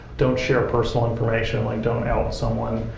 don't share personal information, like don't out someone.